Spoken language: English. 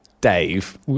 Dave